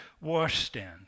washstand